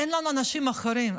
אין לנו אנשים אחרים.